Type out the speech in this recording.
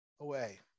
away